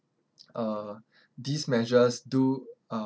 uh these measures do uh